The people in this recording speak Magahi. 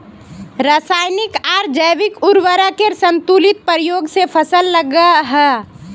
राशयानिक आर जैविक उर्वरकेर संतुलित प्रयोग से फसल लहलहा